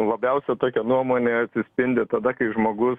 labiausia tokia nuomonė atsispindi tada kai žmogus